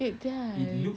it does